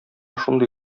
шундый